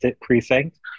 precinct